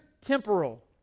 temporal